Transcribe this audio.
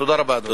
תודה רבה, אדוני.